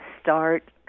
start